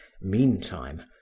Meantime